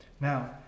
Now